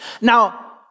Now